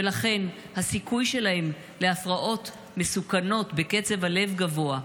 ולכן הסיכוי שלהם להפרעות מסוכנות בקצב הלב גבוה,